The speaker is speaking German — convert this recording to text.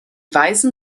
weißen